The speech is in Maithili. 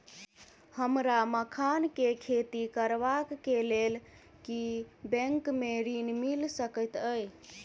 हमरा मखान केँ खेती करबाक केँ लेल की बैंक मै ऋण मिल सकैत अई?